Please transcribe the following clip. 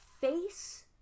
face